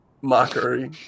mockery